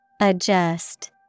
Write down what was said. Adjust